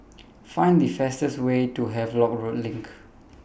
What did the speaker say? Find The fastest Way to Havelock Road LINK